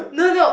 no no